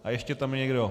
A ještě tam je někdo.